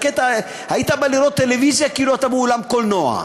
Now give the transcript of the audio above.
היית בא לראות טלוויזיה כאילו אתה באולם קולנוע.